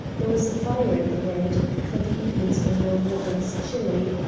there was a fire in the grate, for the evenings were now more or less chilly.